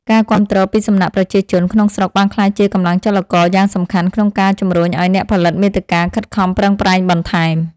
ការគាំទ្រពីសំណាក់ប្រជាជនក្នុងស្រុកបានក្លាយជាកម្លាំងចលករយ៉ាងសំខាន់ក្នុងការជំរុញឱ្យអ្នកផលិតមាតិកាខិតខំប្រឹងប្រែងបន្ថែម។